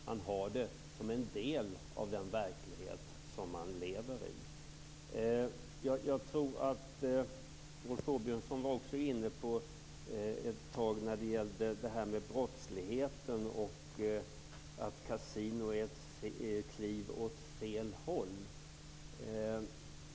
Man ser det som en del av den verklighet som man lever i. Rolf Åbjörnsson var när det gällde brottsligheten inne på att kasinon är ett steg åt fel håll.